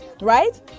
Right